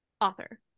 author